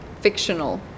fictional